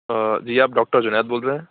آ جی آپ ڈاکٹر جُنید بول رہے ہیں